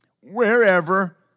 wherever